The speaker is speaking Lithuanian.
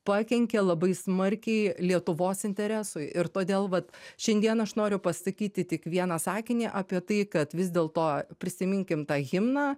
pakenkė labai smarkiai lietuvos interesui ir todėl vat šiandieną aš noriu pasakyti tik vieną sakinį apie tai kad vis dėlto prisiminkim tą himną